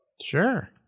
Sure